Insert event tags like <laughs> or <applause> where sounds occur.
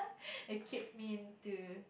<laughs> a cape mean to